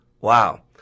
Wow